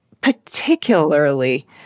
particularly